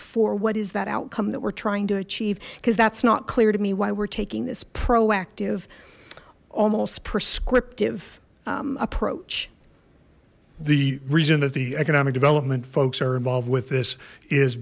for what is that outcome that we're trying to achieve because that's not clear to me why we're taking this proactive almost prescriptive approach the reason that the economic development folks are involved with this is